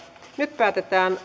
nyt päätetään